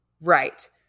Right